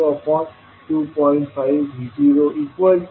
5V0 0